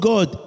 God